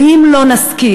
ואם לא נשכיל,